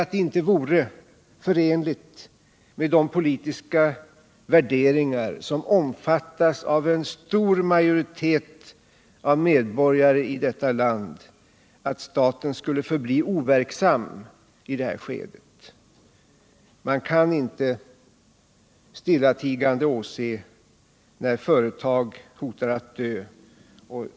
Det vore inte heller förenligt med de politiska värderingar som omfattas av majoriteten av medborgare i detta land att staten förblev overksam i detta skede. Man kan inte stillatigande åse hur företag hotar att dö ut.